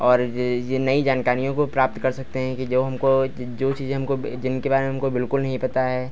और यह यह नई जानकारियों को प्राप्त कर सकते हैं कि जो हमको जो चीज़ें हमको जिनके बारे में हमको बिल्कुल नहीं पता